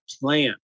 plan